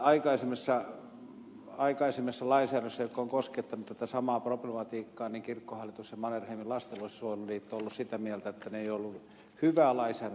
aikaisemmissa lainsäädännöissä jotka ovat koskettaneet tätä samaa problematiikkaa kirkkohallitus ja mannerheimin lastensuojeluliitto ovat olleet sitä mieltä että ne eivät ole olleet hyvää lainsäädäntöä